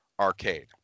arcade